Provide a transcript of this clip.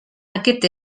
aquest